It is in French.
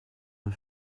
nos